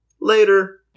Later